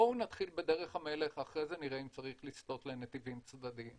בואו נתחיל בדרך המלך ואחרי זה נראה אם צריך לסטות לנתיבים צדדיים.